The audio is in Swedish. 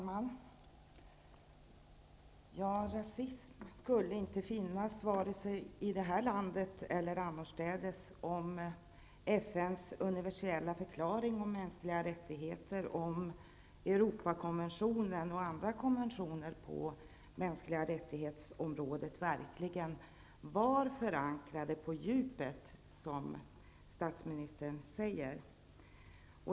Herr talman! Rasism skulle inte finnas, vare sig här i landet eller annorstädes, om FN:s universiella förklaring om mänskliga rättigheter, Europakonventionen och andra konventioner när det gäller mänskliga rättigheter verkligen var förankrade på djupet, precis som statsministern sade.